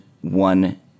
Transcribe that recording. one